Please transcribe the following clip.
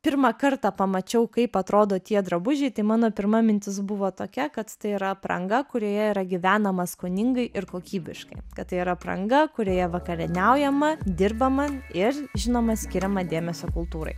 pirmą kartą pamačiau kaip atrodo tie drabužiai tai mano pirma mintis buvo tokia kad tai yra apranga kurioje yra gyvenama skoningai ir kokybiškai kad tai yra apranga kurioje vakarieniaujama dirbama ir žinoma skiriama dėmesio kultūrai